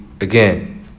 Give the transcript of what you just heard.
again